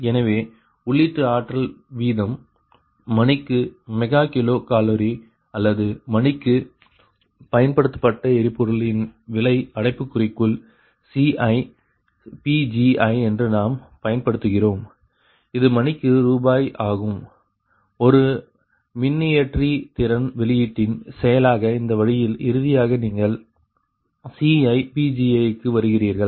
எனவே உள்ளீட்டு ஆற்றல் வீதம் மணிக்கு மெகா கிலோ கலோரி அல்லது மணிக்கு பயன்படுத்தப்பட்ட எரிபொருளின் விலை அடைப்புக்குறிக்குள் Ci என்று நாம் பயன்படுத்துகிறோம் இது மணிக்கு ரூபாய் ஆகும் ஒரு மின்னியற்றி திறன் வெளியீட்டின் செயலாக இந்த வழியில் இறுதியாக நீங்கள் Ciக்கு வருகிறீர்கள்